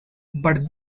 but